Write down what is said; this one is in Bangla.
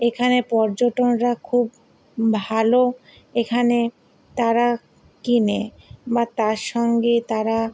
এখানে পর্যটনরা খুব ভালো এখানে তারা কেনে বা তার সঙ্গে তারা